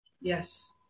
yes